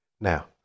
Now